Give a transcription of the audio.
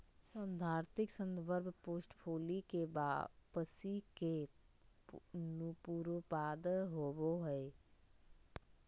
सैद्धांतिक संदर्भ पोर्टफोलि के वापसी के पुनरुत्पादन होबो हइ